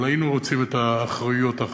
אבל היינו רוצים את האחריויות האחרות.